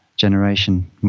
generation